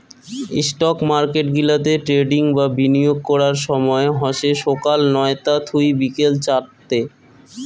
stock market গিলাতে trading বা বিনিয়োগ করার সময় হসে সকাল নয়তা থুই বিকেল চারতে